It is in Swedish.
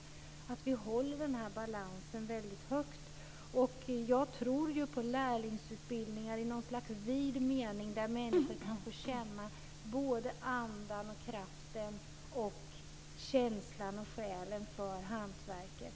Vi måste hålla den här balansen väldigt högt. Jag tror på lärlingsutbildningar i något slags vid mening där människor kan få känna andan, kraften, känslan och själen i hantverket.